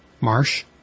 Marsh